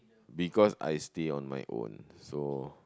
because I stay on my own so